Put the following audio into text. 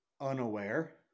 unaware